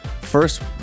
first